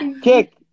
Kick